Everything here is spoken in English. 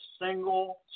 single